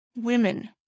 women